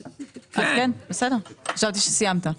בסדר, חשבתי שסיימת.